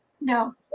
No